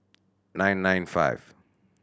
nine nine five